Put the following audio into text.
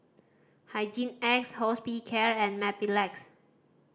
Hygin X Hospicare and Mepilex